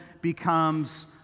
becomes